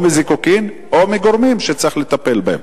או מזיקוקים או מגורמים שצריך לטפל בהם.